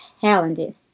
talented